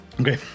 Okay